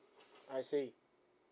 I see